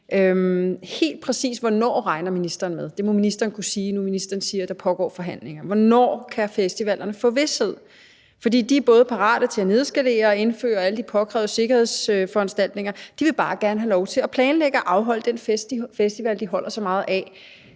klogere. Men hvornår regner ministeren helt præcis med – det må ministeren kunne sige nu, hvor ministeren siger, at der pågår forhandlinger – at festivalerne kan få vished? For de er både parate til at nedskalere og indføre alle de påkrævede sikkerhedsforanstaltninger. De vil bare gerne have lov til at planlægge og afholde den festival, de holder så meget af.